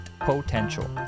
potential